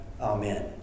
Amen